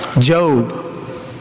Job